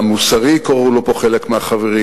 המוסרי, קראו לו פה חלק מהחברים.